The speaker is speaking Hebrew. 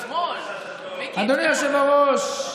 אדוני היושב-ראש,